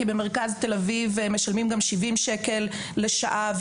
כי במרכז תל-אביב משלמים גם 70 שקל לשעה,